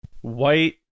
white